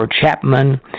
Chapman